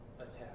attack